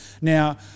Now